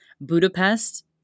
Budapest